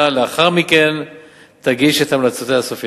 ולאחר מכן תגיש את המלצותיה הסופיות.